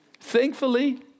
Thankfully